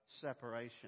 separation